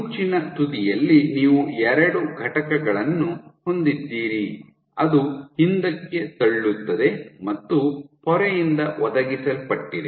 ಮುಂಚಿನ ತುದಿಯಲ್ಲಿ ನೀವು ಎರಡು ಘಟಕಗಳನ್ನು ಹೊಂದಿದ್ದೀರಿ ಅದು ಹಿಂದಕ್ಕೆ ತಳ್ಳುತ್ತದೆ ಮತ್ತು ಪೊರೆಯಿಂದ ಒದಗಿಸಲ್ಪಟ್ಟಿದೆ